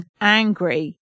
angry